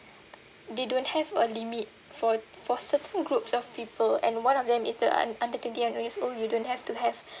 they don't have a limit for for certain groups of people and one of them is the un~ under twenty-one years old you don't have to have